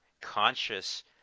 conscious